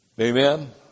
amen